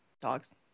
Dogs